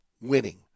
winning